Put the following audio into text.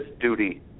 duty